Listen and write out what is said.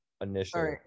initially